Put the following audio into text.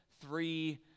three